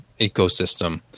ecosystem